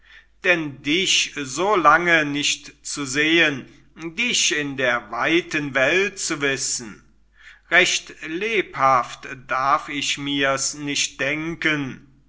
denn dich so lange nicht zu sehen dich in der weiten welt zu wissen recht lebhaft darf ich mir's nicht denken